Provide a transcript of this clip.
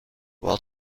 while